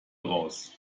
raus